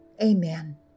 Amen